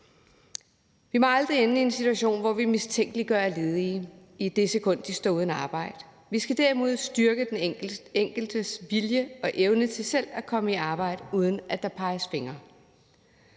Vi må aldrig ende i en situation, hvor vi mistænkeliggør ledige, i det sekund de står uden arbejde. Vi skal derimod styrke den enkeltes vilje og evne til selv at komme i arbejde, uden at der peges fingre.